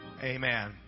Amen